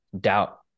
doubt